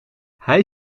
hij